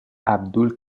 abdul